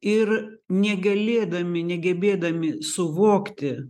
ir negalėdami negebėdami suvokti